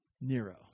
Nero